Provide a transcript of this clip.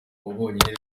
wabonye